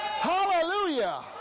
Hallelujah